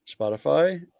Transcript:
Spotify